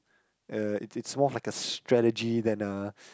uh it's it's more like a strategy than a